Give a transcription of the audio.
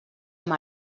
amb